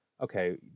okay